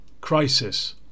Crisis